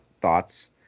thoughts